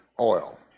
oil